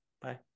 Bye